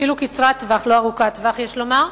אפילו קצרת טווח, לא ארוכת טווח, יש לומר,